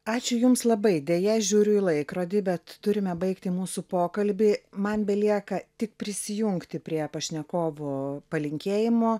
ačiū jums labai deja žiūriu į laikrodį bet turime baigti mūsų pokalbį man belieka tik prisijungti prie pašnekovo palinkėjimo